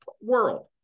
world